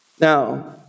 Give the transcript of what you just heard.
Now